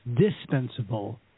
dispensable